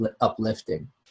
uplifting